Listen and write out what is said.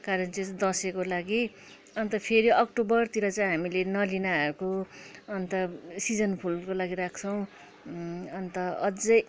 कारण चाहिँ दसैँको लागि अन्त फेरि अक्टोबरतिर चाहिँ हामीले नलिनाहरूको अन्त सिजन फुलको लागि राख्छौँ अन्त अझै